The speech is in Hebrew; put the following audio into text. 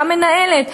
המנהלת,